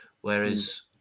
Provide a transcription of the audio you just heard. whereas